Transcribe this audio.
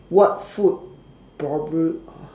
what food probab~